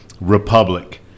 republic